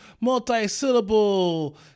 multi-syllable